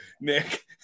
Nick